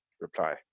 reply